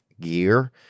gear